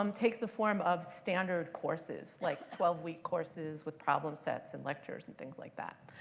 um takes the form of standard courses, like twelve week courses with problem sets and lectures, and things like that.